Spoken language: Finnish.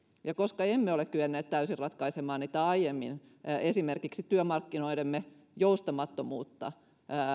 ja koska emme ole kyenneet täysin ratkaisemaan niitä aiemmin esimerkiksi työmarkkinoidemme joustamattomuutta